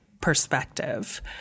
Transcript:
perspective